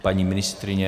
Paní ministryně?